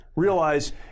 realize